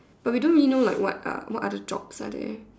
but we don't really know what oth~ what other jobs are there